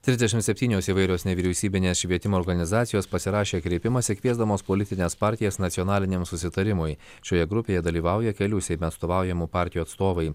trisdešim septynios įvairios nevyriausybinės švietimo organizacijos pasirašė kreipimąsi kviesdamos politines partijas nacionaliniam susitarimui šioje grupėje dalyvauja kelių seime atstovaujamų partijų atstovai